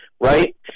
right